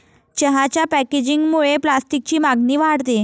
चहाच्या पॅकेजिंगमुळे प्लास्टिकची मागणी वाढते